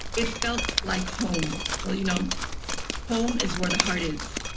it felt like home. well, you know home is where the heart is.